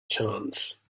chance